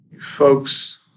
Folks